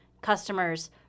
customers